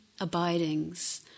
abidings